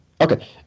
Okay